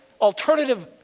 alternative